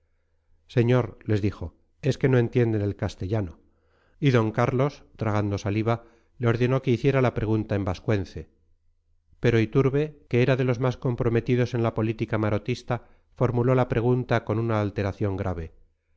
señor le dijo es que no entienden el castellano y d carlos tragando saliva le ordenó que hiciera la pregunta en vascuence pero iturbe que era de los más comprometidos en la política marotista formuló la pregunta con una alteración grave